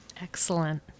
excellent